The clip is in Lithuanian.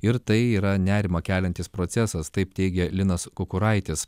ir tai yra nerimą keliantis procesas taip teigė linas kukuraitis